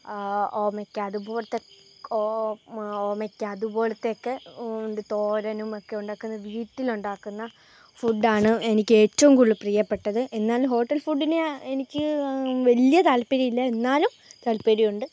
ഓമയ്ക്ക അതുപോലത്തെ ഓമയ്ക്ക അതുപോലത്തെ ഒക്കെ തോരനും ഒക്കെ ഉണ്ടാക്കുന്ന വീട്ടിലുണ്ടാക്കുന്ന ഫുഡ്ഡാണ് എനിക്ക് ഏറ്റവും കൂടുതൽ പ്രിയപ്പെട്ടത് എന്നാൽ ഹോട്ടൽ ഫുഡിന് ഞാൻ എനിക്ക് വലിയ താൽപര്യമില്ല എന്നാലും താല്പര്യമുണ്ട്